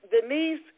Denise